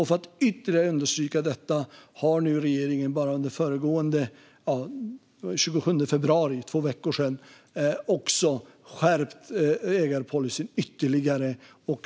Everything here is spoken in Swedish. För att ytterligare understryka detta skärpte regeringen för två veckor sedan, den 27 februari, ägarpolicyn ytterligare.